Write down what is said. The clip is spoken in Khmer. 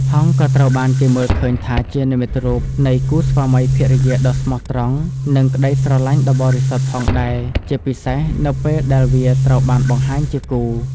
ហង្សក៏ត្រូវបានគេមើលឃើញថាជានិមិត្តរូបនៃ គូស្វាមីភរិយាដ៏ស្មោះត្រង់ និង ក្តីស្រឡាញ់ដ៏បរិសុទ្ធ ផងដែរ ជាពិសេសនៅពេលដែលវាត្រូវបានបង្ហាញជាគូ។